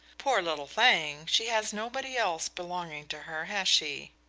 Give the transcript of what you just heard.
poor little thing she has nobody else belonging to her, has she?